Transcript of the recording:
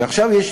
ועכשיו יש,